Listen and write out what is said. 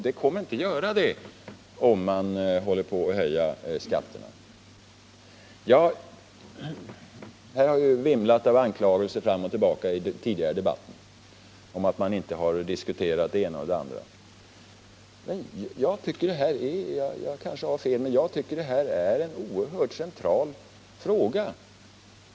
Det kommer inte att göra det, om man håller på och höjer skatterna. I den tidigare debatten har det vimlat av anklagelser fram och tillbaka om att man inte har diskuterat det ena och det andra. Jag kanske har fel, men jag tycker att detta är en oerhört central fråga.